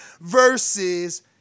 versus